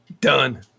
Done